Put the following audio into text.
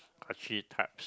archetypes